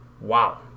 Wow